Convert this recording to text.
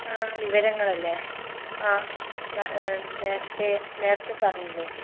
ആ വിവരങ്ങളല്ലേ ആ നേരത്തെ നേരത്തെ പറഞ്ഞില്ലേ